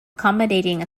accommodating